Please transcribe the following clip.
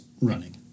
running